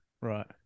Right